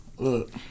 look